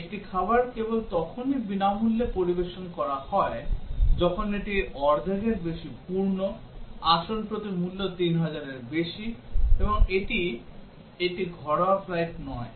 একটি খাবার কেবল তখনই বিনামূল্যে পরিবেশন করা হয় যখন এটি অর্ধেকের বেশি পূর্ণ আসন প্রতি মূল্য 3000 এর বেশি এবং এটি এটি ঘরোয়া ফ্লাইট নয়